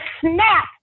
snap